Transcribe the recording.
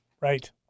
right